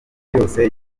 byose